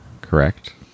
Correct